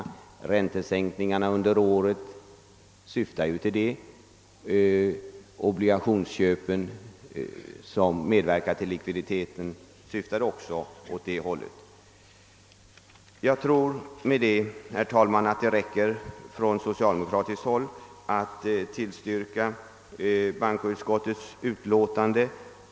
Räntesänkningarna under året syftade till det, och obligationsköpen, som också medverkade till att öka likviditeten, syftade likaså åt det hållet. Jag tror, herr talman, att det räcker med att anföra detta från socialdemokratiskt håll när jag tillstyrker bankoutskottets utlåtande.